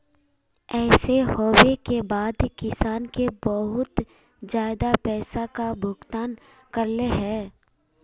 ऐसे होबे के बाद किसान के बहुत ज्यादा पैसा का भुगतान करले है?